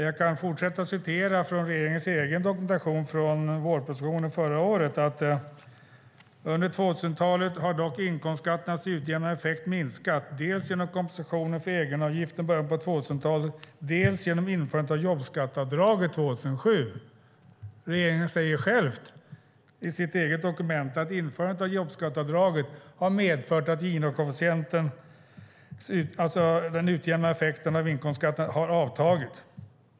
Jag kan fortsätta att läsa ur regeringens egen dokumentation, vårpropositionen från förra året: Under 2000-talet har dock inkomstskatternas utjämnande effekt minskat, dels genom kompensationen för egenavgiften i början av 2000-talet, dels genom införandet av jobbskatteavdraget 2007. Regeringen säger själv i sitt eget dokument att införandet av jobbskatteavdraget har medfört att Gini-koefficienten, alltså den utjämnande effekten av inkomstskatten, har avtagit.